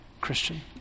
Christian